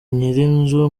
nyirinzu